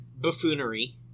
buffoonery